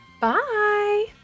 Bye